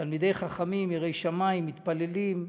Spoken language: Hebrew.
תלמידי חכמים, יראי שמים, מתפללים.